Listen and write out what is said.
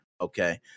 Okay